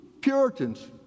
Puritans